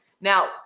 Now